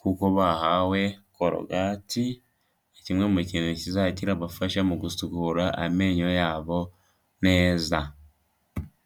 kuko bahawe korogati, ni kimwe mu kintu kizajya kirabafasha mu gusukura amenyo yabo neza.